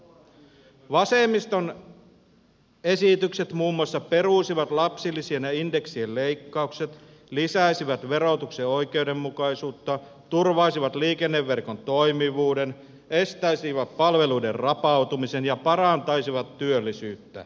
vasemmiston esitykset muun muassa peruisivat lapsilisien ja indeksien leikkaukset lisäisivät verotuksen oikeudenmukaisuutta turvaisivat liikenneverkon toimivuuden estäisivät palveluiden rapautumisen ja parantaisivat työllisyyttä